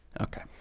okay